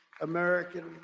American